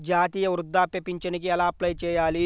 జాతీయ వృద్ధాప్య పింఛనుకి ఎలా అప్లై చేయాలి?